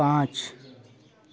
पाँच